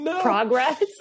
progress